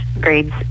grades